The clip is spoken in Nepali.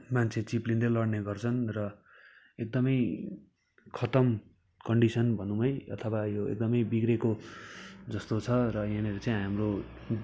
मान्छे चिप्लिँदै लड्ने गर्छन् र एकदमै खतम कन्डिसन भनौँ है अथवा यो एकदमै बिग्रेको जस्तो छ र यहाँनिर चाहिँ हाम्रो